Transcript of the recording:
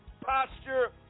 posture